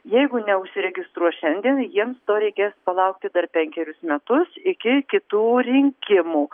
jeigu neužsiregistruos šiandien jiems to reikės palaukti dar penkerius metus iki kitų rinkimų